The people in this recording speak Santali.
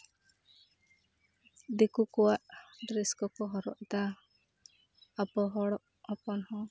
ᱫᱤᱠᱩ ᱠᱚᱣᱟᱜ ᱰᱨᱮᱥ ᱠᱚᱠᱚ ᱦᱚᱨᱚᱜ ᱮᱫᱟ ᱟᱵᱚ ᱦᱚᱲ ᱦᱚᱯᱚᱱ ᱦᱚᱸ